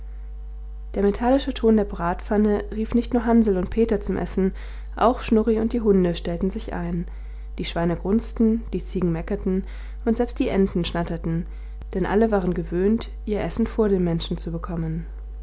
der metallische ton der bratpfanne rief nicht nur hansl und peter zum essen auch schnurri und die hunde stellten sich ein die schweine grunzten die ziegen meckerten und selbst die enten schnatterten denn alle waren gewöhnt ihr essen vor den menschen zu bekommen